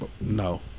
No